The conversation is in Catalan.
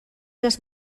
les